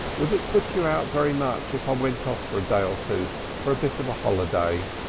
would it put you out very much if i went off for a day or two for a bit of a holiday?